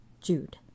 Jude